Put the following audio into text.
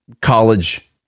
college